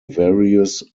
various